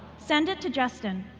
send it to justin.